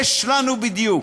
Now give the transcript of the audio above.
יש לנו בדיוק.